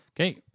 Okay